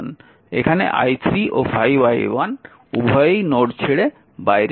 এখানে i3 এবং 5i1 উভয়েই নোড ছেড়ে বাইরে বেরিয়ে যাচ্ছে